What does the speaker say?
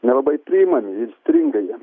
nelabai priimami ir stringa jie